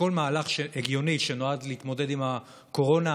לכל מהלך הגיוני שנועד להתמודד עם הקורונה,